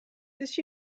this